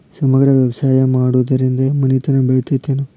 ಸಮಗ್ರ ವ್ಯವಸಾಯ ಮಾಡುದ್ರಿಂದ ಮನಿತನ ಬೇಳಿತೈತೇನು?